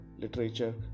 literature